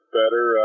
better